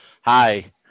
Hi